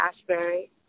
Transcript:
ashbury